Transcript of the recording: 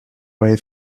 way